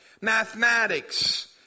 mathematics